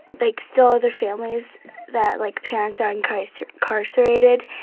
like, still other families that, like, parents are incarcerated. incarcerated.